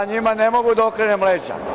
Ja njima ne mogu da okrenem leđa.